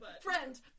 Friend